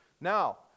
Now